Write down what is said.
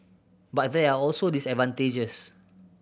but there are also disadvantages